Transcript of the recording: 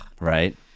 Right